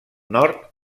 nord